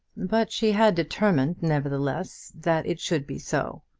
but she had determined, nevertheless, that it should be so.